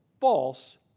false